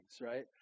right